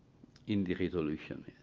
in the resolution.